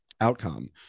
outcome